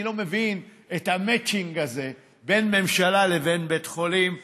אני לא מבין את המצ'ינג הזה בין ממשלה לבין בית חולים ממשלתי,